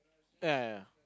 ya ya